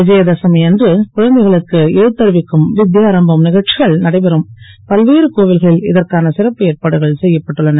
விஜயதசமி அன்று குழந்தைகளுக்கு எழுத்தறிவிக்கும் வித்யாரம்பம் க ச்சிகள் நடைபெறும் பல்வேறு கோவில்களில் இதற்கான சிறப்பு ஏற்பாடுகள் செ யப்பட்டுள்ளன